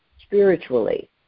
spiritually